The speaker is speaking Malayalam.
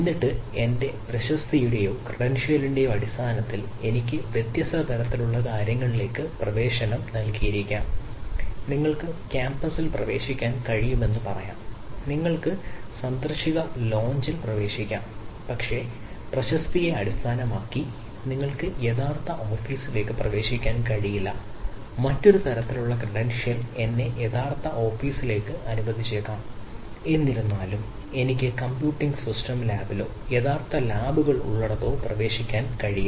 എന്നിട്ട് എന്റെ പ്രശസ്തിയുടെയോ ക്രെഡൻഷ്യലിന്റെയോ യഥാർത്ഥ ലാബുകൾ ഉള്ളിടത്തോ പ്രവേശിക്കാൻ കഴിയില്ല